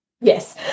Yes